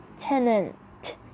tenant